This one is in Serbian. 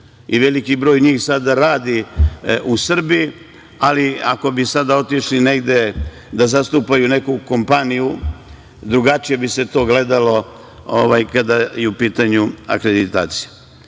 Veliki broj njih sada radi u Srbiji, ali ako bi sada otišli negde da zastupaju neku kompaniju drugačije bi se to gledalo kada je u pitanju akreditaciju. Kada